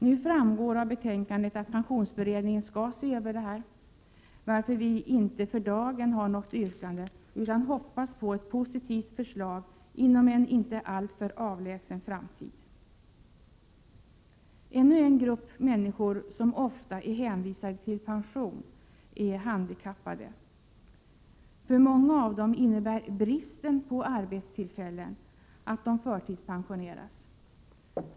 Nu framgår av betänkandet att pensionsberedningen skall se över detta, varför vi inte för dagen har något yrkande utan hoppas på ett positivt förslag inom en inte alltför avlägsen framtid. Ännu en grupp människor som ofta är hänvisade till pension är handikappade. För många av dem innebär bristen på arbetstillfällen att de förtidspensioneras.